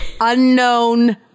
unknown